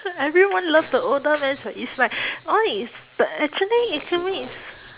cause everyone love the older men [what] it's like !oi! but actually ikemen is